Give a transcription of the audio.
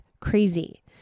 crazy